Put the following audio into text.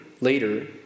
later